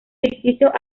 ficticios